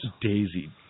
Daisy